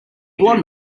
blond